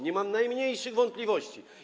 Nie mam najmniejszych wątpliwości.